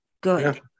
Good